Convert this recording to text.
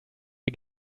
ihr